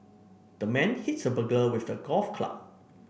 the man hits burglar with a golf club